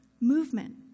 movement